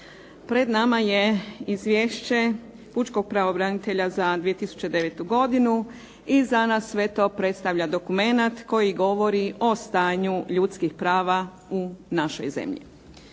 Pred nama je Izvješće pučkog pravobranitelja za 2009. godinu i za nas sve to predstavlja dokument koji govori o stanju ljudskih prava u našoj zemlji.